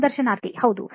ಸಂದರ್ಶನಾರ್ಥಿ ಹೌದು